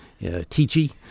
teachy